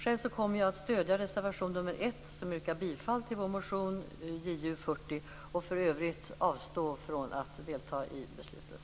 Jag kommer att yrka bifall till reservation 1, som innebär bifall till vår motion Ju40, och i övrigt avstå från att delta i beslutet.